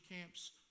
camps